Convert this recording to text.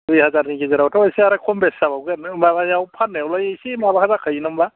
दुइ हाजारनि गेजेरावथ' एसे आरो खम बेस जाबावगोन माबायाव फाननायावलाय एसे माबा जाखायो नङा होनबा